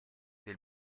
del